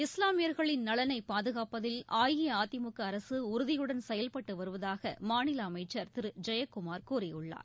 இஸ்லாமியர்களின் நலனை பாதுகாப்பதில் அஇஅதிமுக அரசு உறுதியுடன் செயல்பட்டு வருவதாக மாநில அமைச்சர் திரு ஜெயக்குமார் கூறியுள்ளார்